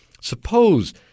Suppose